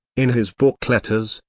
in his book letters,